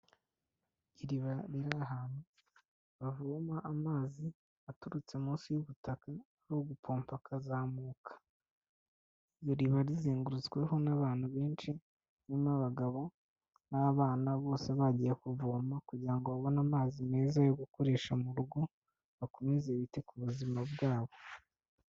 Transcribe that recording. Iriba riri ahantu bavoma amazi aturutse munsi y'ubutaka bari ugupompa akazamuka iriba rizengurutsweho n'abantu benshi harimo abagabo n'abana bose bagiye kuvoma kugira ngo babone amazi meza yo gukoresha mu rugo bakomeze bite ku buzima bwabo.